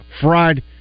fried